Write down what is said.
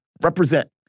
represent